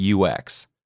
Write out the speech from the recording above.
UX